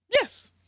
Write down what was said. Yes